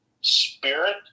spirit